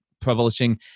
publishing